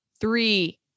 three